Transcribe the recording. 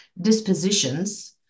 dispositions